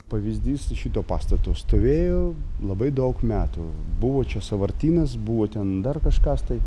pavyzdys iš šito pastato stovėjo labai daug metų buvo čia sąvartynas buvo ten dar kažkas tai